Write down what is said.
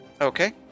Okay